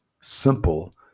simple